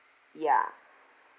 ya